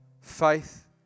Faith